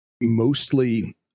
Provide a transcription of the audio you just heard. Mostly